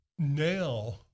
Now